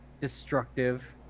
Destructive